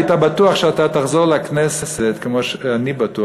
היית בטוח שאתה תחזור לכנסת כמו שאני בטוח